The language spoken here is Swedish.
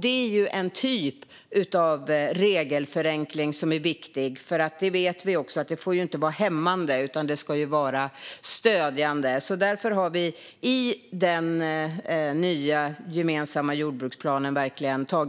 Det är en typ av regelförenkling som är viktig. Vi vet ju att det inte får vara hämmande, utan det ska vara stödjande. Därför har vi den ansatsen i den nya gemensamma jordbruksplanen. Jag